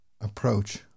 approach